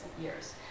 years